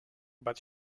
but